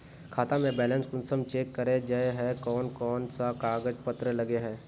खाता में बैलेंस कुंसम चेक करे जाय है कोन कोन सा कागज पत्र लगे है?